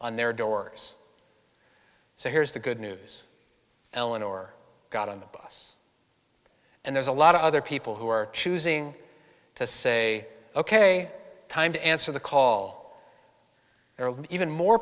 on their doors so here's the good news eleanor got on the bus and there's a lot of other people who are choosing to say ok time to answer the call or even more